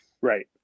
Right